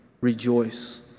rejoice